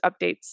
updates